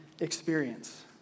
experience